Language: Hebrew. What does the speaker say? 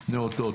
בבקשה.